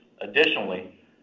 Additionally